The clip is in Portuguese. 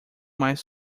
mais